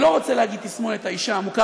אני לא רוצה להגיד תסמונת האישה המוכה,